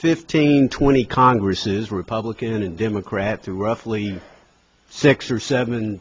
fifteen twenty congresses republican and democrats are roughly six or seven